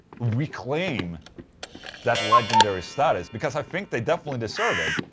reclaim that legendary status because i think they definitely deserve it,